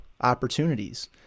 opportunities